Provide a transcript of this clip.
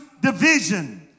division